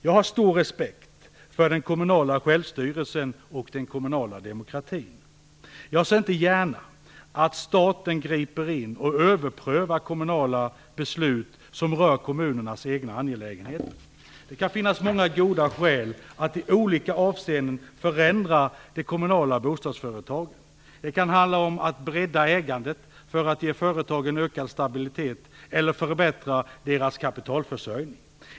Jag har stor respekt för den kommunala självstyrelsen och den kommunala demokratin. Jag ser inte gärna att staten griper in och överprövar kommunala beslut som rör kommunernas egna angelägenheter. Det kan finnas många goda skäl att i olika avseenden förändra de kommunala bostadsföretagen. Det kan handla om att bredda ägandet för att ge företagen ökad stabilitet eller förbättra deras kapitalförsörjning.